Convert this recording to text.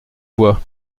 voit